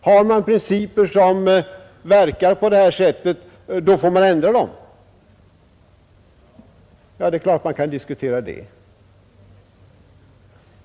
Har man principer som verkar på detta sätt, får man ändra dem”. Det är klart att man kan diskutera detta.